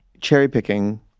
cherry-picking